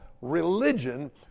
religion